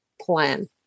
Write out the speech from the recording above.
plan